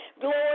glory